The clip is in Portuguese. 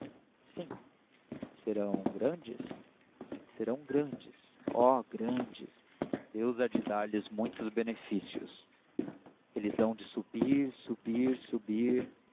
sim serão grandes serão grandes oh grandes deus há de dar-lhes muitos benefícios eles hão de subir subir subir